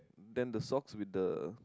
then the sock with the